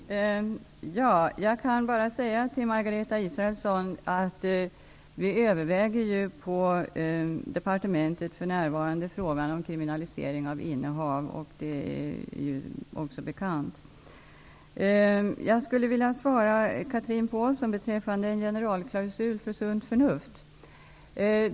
Herr talman! Jag kan tala om för Margareta Israelsson att vi i departementet för närvarande överväger frågan om kriminalisering av innehav, vilket också är bekant. Jag vill svara Chatrine Pålsson beträffande frågan om generalklausul för sunt förnuft.